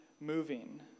moving